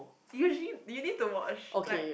usually you need to watch like